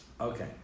Okay